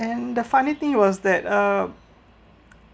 and the funny thing was that uh